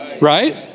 right